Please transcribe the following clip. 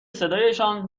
صدایشان